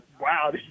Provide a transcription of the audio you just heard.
wow